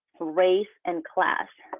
race and class.